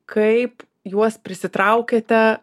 kaip juos prisitraukėte